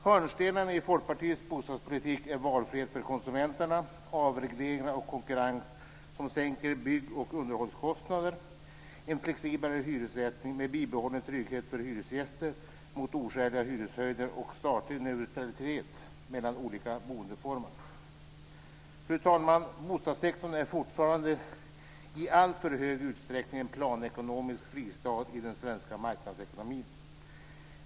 Hörnstenarna i Folkpartiets bostadspolitik är valfrihet för konsumenterna, avregleringar och konkurrens som sänker bygg och underhållskostnader, en flexiblare hyressättning med bibehållen trygghet för hyresgäster som skydd mot oskäliga hyreshöjningar samt statlig neutralitet mellan olika boendeformer. Fru talman! Bostadssektorn är fortfarande i alltför stor utsträckning en planekonomisk fristad i den svenska marknadsekonomin.